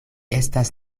estas